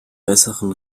besseren